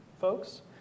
folks